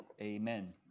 Amen